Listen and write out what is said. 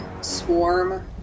swarm